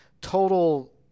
total